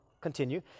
continue